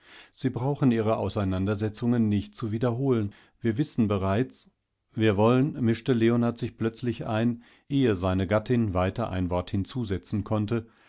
sie brauchen ihre auseinandersetzungen nicht zu wiederholen wir wissenbereits wir wollen mische leonard sich plötzlich ein ehe seine gattin weiter ein wort hinzusetzenkonnte